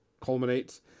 culminates